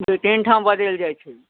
दू तीन ठाम बदैल जाइ छै